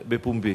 בפומבי: